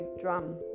drum